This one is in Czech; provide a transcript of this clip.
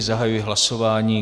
Zahajuji hlasování.